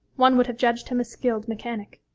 one would have judged him a skilled mechanic.